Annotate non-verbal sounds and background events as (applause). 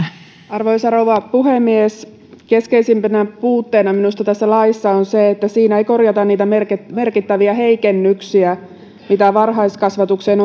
arvoisa rouva puhemies keskeisimpänä puutteena minusta tässä laissa on se että siinä ei korjata niitä merkittäviä merkittäviä heikennyksiä mitä varhaiskasvatukseen (unintelligible)